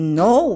no